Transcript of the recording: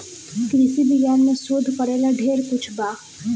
कृषि विज्ञान में शोध करेला ढेर कुछ बा